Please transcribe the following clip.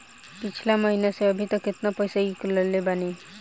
पिछला महीना से अभीतक केतना पैसा ईकलले बानी?